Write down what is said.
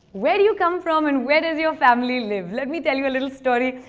where do you come from? and where does your family live? let me tell you a little story.